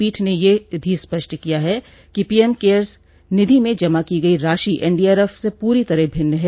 पीठ ने यह भी स्पष्ट किया कि पीएम केयर्स निधि में जमा की गई राशि एन डी आर एफ से पूरी तरह भिन्न है